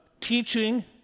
teaching